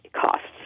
costs